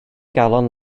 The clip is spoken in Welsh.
galon